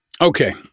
Okay